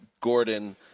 Gordon